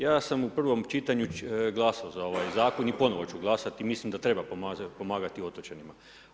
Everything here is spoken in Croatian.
Ja sam u prvom čitanju glasao za ovaj zakon i ponovno ću glasati i mislim da treba pomagati otočanima.